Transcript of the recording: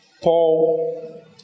Paul